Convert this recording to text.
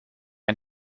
een